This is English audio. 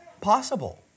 possible